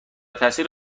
تاثیر